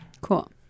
Cool